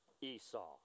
Esau